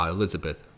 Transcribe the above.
Elizabeth